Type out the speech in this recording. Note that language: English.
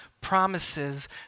promises